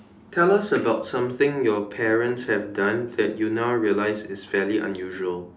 tell us about something your parents have done that you now realize is fairly unusual